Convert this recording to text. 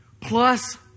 plus